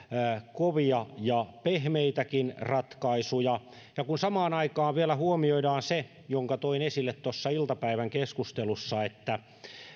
kovia ja pehmeitäkin ratkaisuja kun samaan aikaan vielä huomioidaan se minkä toin esille tuossa iltapäivän keskustelussa että